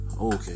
Okay